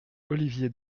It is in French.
olivier